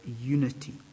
unity